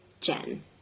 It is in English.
jen